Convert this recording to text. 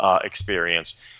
experience